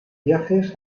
viajes